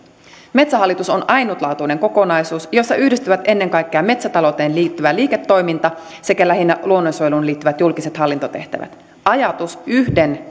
metsähallitus on ainutlaatuinen kokonaisuus jossa yhdistyvät ennen kaikkea metsätalouteen liittyvä liiketoiminta sekä lähinnä luonnonsuojeluun liittyvät julkiset hallintotehtävät ajatus yhden